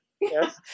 yes